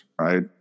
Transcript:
right